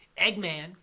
Eggman